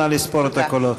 נא לספור את הקולות.